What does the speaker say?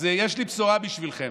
אז יש לי בשורה בשבילכם: